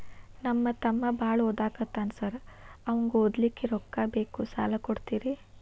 ನಮ್ಮ ತಮ್ಮ ಬಾಳ ಓದಾಕತ್ತನ ಸಾರ್ ಅವಂಗ ಓದ್ಲಿಕ್ಕೆ ರೊಕ್ಕ ಬೇಕು ಸಾಲ ಕೊಡ್ತೇರಿ?